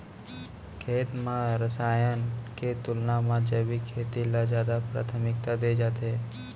खेत मा रसायन के तुलना मा जैविक खेती ला जादा प्राथमिकता दे जाथे